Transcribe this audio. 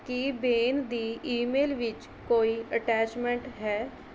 ਕੀ Ben ਦੀ email ਵਿੱਚ ਕੋਈ ਅਟੈਚਮੈਂਟ ਹੈ